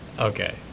Okay